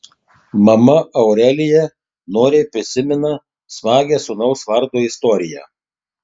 mama aurelija noriai prisimena smagią sūnaus vardo istoriją